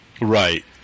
Right